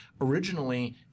Originally